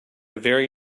very